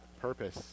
purpose